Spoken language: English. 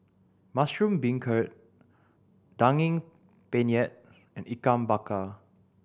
mushroom beancurd Daging Penyet and Ikan Bakar